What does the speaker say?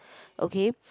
okay